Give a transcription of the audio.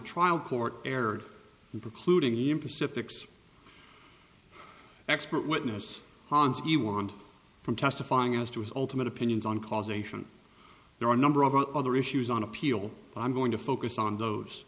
trial court erred in precluding in pacific's expert witness hans you want from testifying as to his ultimate opinions on causation there are a number of other issues on appeal i'm going to focus on those